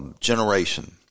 generation